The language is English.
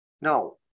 No